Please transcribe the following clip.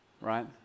Right